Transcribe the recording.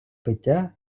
пиття